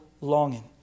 longing